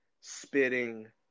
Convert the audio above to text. spitting